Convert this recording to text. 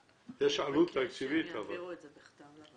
יש עלות תקציבית אבל --- נבקש שהם יעבירו את זה בכתב לוועדה.